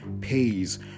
pays